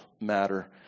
matter